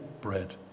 bread